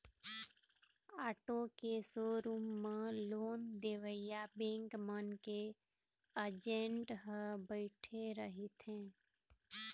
auto के showroom म loan देवइया बेंक मन के एजेंट ह बइठे रहिथे